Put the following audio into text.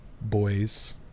boys